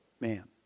man